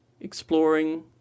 exploring